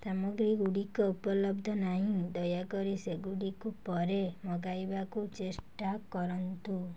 ସାମଗ୍ରୀଗୁଡ଼ିକ ଉପଲବ୍ଧ ନାହିଁ ଦୟାକରି ସେଗୁଡ଼ିକୁ ପରେ ମଗାଇବାକୁ ଚେଷ୍ଟା କରନ୍ତୁ